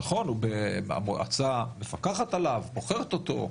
נכון, הוא במועצה המפקחת עליו, בוחרת אותו.